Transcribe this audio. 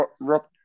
rock